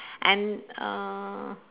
and uh